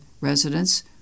residents